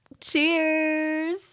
Cheers